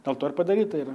dėl to ir padaryta yra